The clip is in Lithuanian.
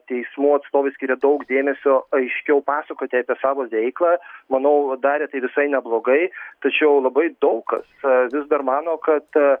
teismų atstovai skiria daug dėmesio aiškiau pasakoti apie savo veiklą manau darė tai visai neblogai tačiau labai daug kas vis dar mano kad a